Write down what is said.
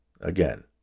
Again